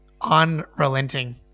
unrelenting